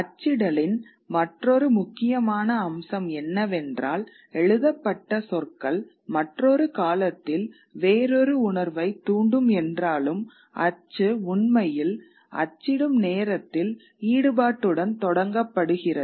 அச்சிடலின் மற்றொரு முக்கியமான அம்சம் என்னவென்றால் எழுதப்பட்ட சொற்கள் மற்றொரு காலத்தில் வேறொரு உணர்வைத் தூண்டும் என்றாலும் அச்சு உண்மையில் அச்சிடும் நேரத்தில் ஈடுபாட்டுடன் தொடங்கப்படுகிறது